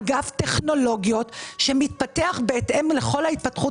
אגף טכנולוגיות שמתפתח בהתאם לכל ההתפתחות